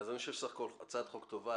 בסך-הכול זאת הצעת חוק טובה.